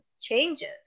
changes